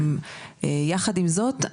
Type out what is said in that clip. יחד עם זאת,